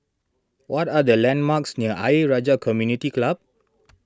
what are the landmarks near Ayer Rajah Community Club